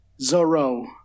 Zoro